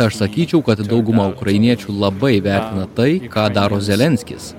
aš sakyčiau kad dauguma ukrainiečių labai vertina tai ką daro zelenskis